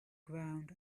ground